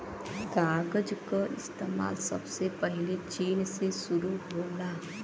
कागज क इतिहास सबसे पहिले चीन से शुरु होला